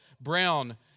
Brown